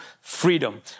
freedom